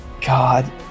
God